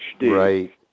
Right